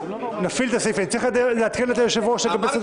אני צריך לעדכן את היושב-ראש שאתם מסירים את ההסתייגויות.